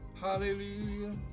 hallelujah